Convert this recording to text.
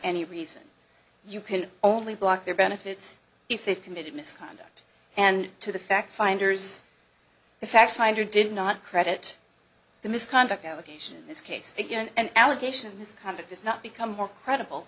any reason you can only block their benefits if they committed misconduct and to the fact finders of fact finder did not credit the misconduct allegation this case again and allegation this kind of does not become more credible